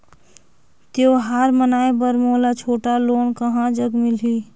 त्योहार मनाए बर मोला छोटा लोन कहां जग मिलही?